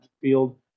field